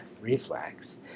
reflex